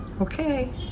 Okay